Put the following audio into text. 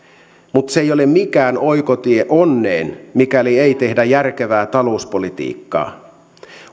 mutta se ei ole mikään oikotie onneen mikäli ei tehdä järkevää talouspolitiikkaa